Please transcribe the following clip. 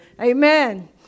Amen